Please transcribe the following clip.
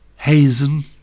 Hazen